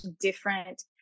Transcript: different